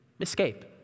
escape